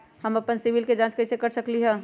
हम अपन सिबिल के जाँच कइसे कर सकली ह?